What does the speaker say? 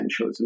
essentialism